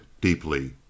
deeply